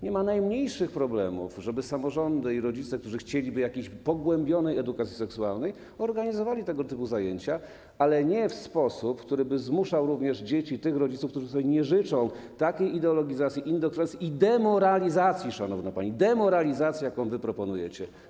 Nie ma najmniejszych problemów, żeby samorządy i rodzice, którzy chcieliby jakiejś pogłębionej edukacji seksualnej, organizowali tego typu zajęcia, ale nie w sposób, który by zmuszał do tego również dzieci tych rodziców, którzy nie życzą sobie takiej ideologizacji, indoktrynacji i demoralizacji, szanowna pani, jaką wy proponujecie.